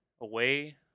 away